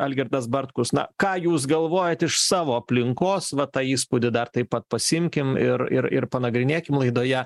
algirdas bartkus na ką jūs galvojat iš savo aplinkos va tą įspūdį dar taip pat pasiimkim ir ir ir panagrinėkim laidoje